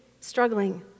struggling